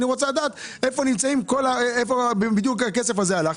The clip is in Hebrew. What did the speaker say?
אני רוצה לדעת לאן הכסף הזה הלך,